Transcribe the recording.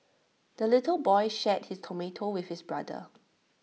the little boy shared his tomato with his brother